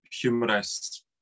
humorous